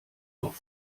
auf